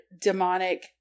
demonic